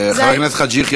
חבר הכנסת חאג' יחיא,